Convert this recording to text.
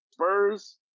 Spurs